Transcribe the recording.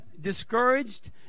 discouraged